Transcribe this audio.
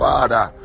Father